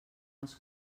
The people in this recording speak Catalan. els